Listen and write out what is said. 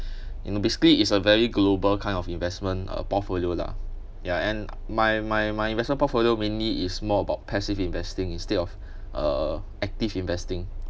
you know basically is a very global kind of investment uh portfolio lah ya and my my my investment portfolio mainly is more about passive investing instead of uh active investing